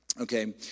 Okay